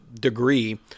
degree